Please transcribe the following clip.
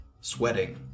sweating